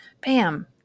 Bam